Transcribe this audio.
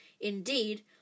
Indeed